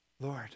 Lord